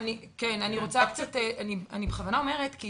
אני בכוונה אומרת,